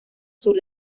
sur